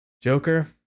Joker